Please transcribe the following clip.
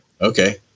Okay